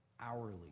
hourly